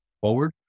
forward